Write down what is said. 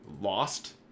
lost